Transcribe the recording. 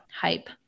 hype